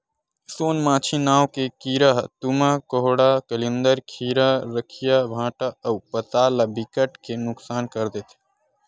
सोन मांछी नांव के कीरा ह तुमा, कोहड़ा, कलिंदर, खीरा, रखिया, भांटा अउ पताल ल बिकट के नुकसान कर देथे